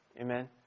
Amen